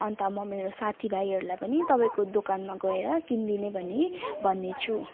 अन्त म मेरो साथीभाइहरूलाई पनि तपाईँको दोकानमा गएर किनदिने भनि भनिदिन्छु